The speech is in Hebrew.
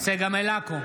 צגה מלקו,